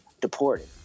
deported